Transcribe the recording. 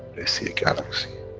they see a galaxy,